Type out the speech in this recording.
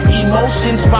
emotions